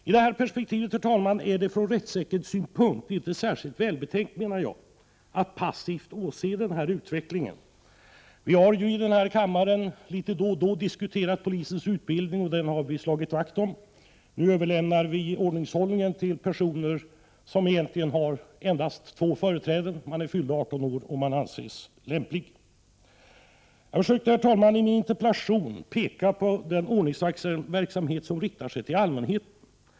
I det här perspektivet är det från rättssäkerhetssynpunkt inte särskilt välbetänkt att passivt åse utvecklingen. I den här kammaren har vi då och då diskuterat polisens utbildning och slagit vakt om den. Nu överlämnar vi ordningshållningen till personer som egentligen har endast två företräden, att vara fyllda 18 år och att anses lämpliga. Jag försökte i min interpellation peka på den ordningsvaktsverksamhet som riktar sig till allmänheten.